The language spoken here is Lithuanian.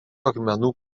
akmenų